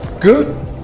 Good